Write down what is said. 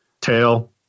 tail